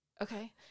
Okay